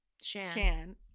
Shan